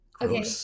Okay